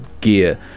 gear